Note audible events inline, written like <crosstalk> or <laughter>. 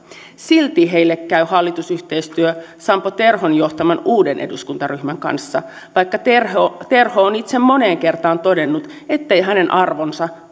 silti heille käy hallitusyhteistyö sampo terhon johtaman uuden eduskuntaryhmän kanssa vaikka terho terho on itse moneen kertaan todennut etteivät hänen arvonsa <unintelligible>